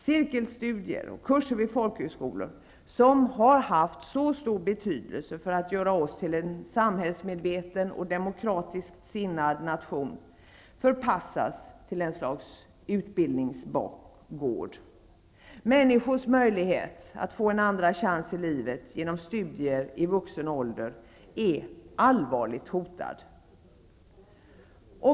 Cirkelstudier och kurser vid folkhögskolor, som har haft så stor betydelse för att göra oss till en samhällsmedveten och demokratiskt sinnad nation, förpassas till ett slags utbildningsbakgård. Människors möjlighet att få en andra chans i livet genom studier i vuxen ålder är allvarligt hotad.